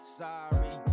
sorry